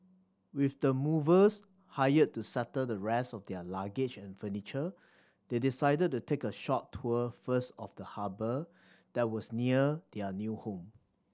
with the movers hired to settle the rest of their luggage and furniture they decided to take a short tour first of the harbour that was near their new home